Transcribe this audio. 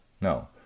No